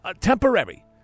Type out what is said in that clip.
temporary